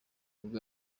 nibwo